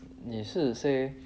你是 say